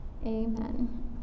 amen